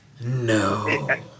No